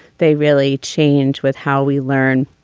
they really change with how we learn.